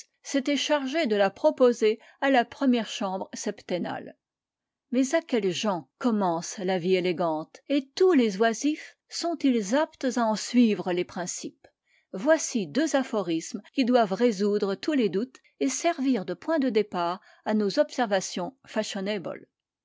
s'était chargé de la proposer à la première chambre septennale mais à quelle gent commence la vie élégante et tous les oisifs sont-ils aptes à en suivre les principes voici deux aphorismes qui doivent résoudre tous les doutes et servir de point de départ à nos observations